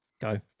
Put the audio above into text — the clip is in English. Go